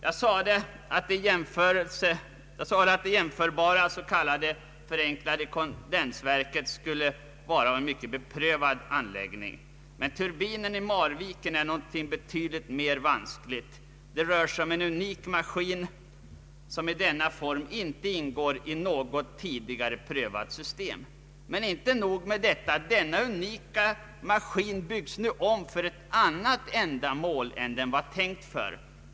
Jag sade att det jämförbara s.k. förenklade kondensverket skulle vara en mycket beprövad anläggning. Men turbinen i Marviken är något betydligt mer vanskligt. Det rör sig om en unik maskin, som i denna form inte ingår i något tidigare prövat system. Inte nog med det. Denna unika maskin byggs nu om för ett annat ändamål än det ursprungligen avsedda.